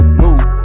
move